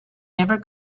never